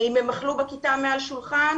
אם הם אכלו בכיתה מעל שולחן,